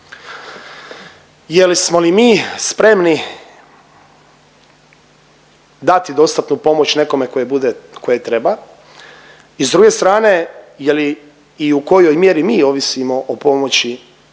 Je li smo li mi spremni dati dostupnu pomoć nekome koje bude, tko je treba i s druge strane je li i u kojoj mjeri mi ovisimo o pomoći